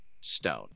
stone